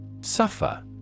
Suffer